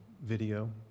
video